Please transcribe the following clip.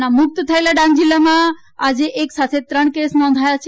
corona મુક્ત થયેલા ડાંગ જિલ્લામાં આજે એક સાથે ત્રણ કેસ નોંધાયા છે